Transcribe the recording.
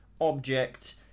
object